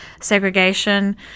segregation